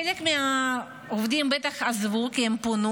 חלק מהעובדים בטח עזבו כי הם פונו,